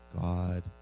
God